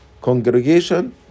congregation